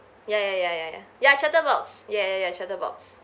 ya ya ya ya ya ya chatter box ya ya ya chatter box